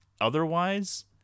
otherwise